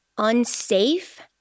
Unsafe